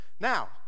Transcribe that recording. Now